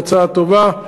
היא הצעה טובה,